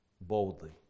boldly